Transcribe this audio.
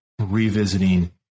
revisiting